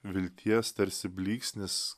vilties tarsi blyksnis